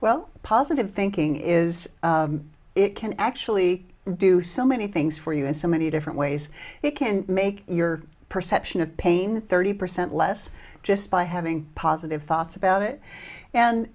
well positive thinking is it can actually do so many things for you in so many different ways it can make your perception of pain thirty percent less just by having positive thoughts about it and